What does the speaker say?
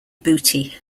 booty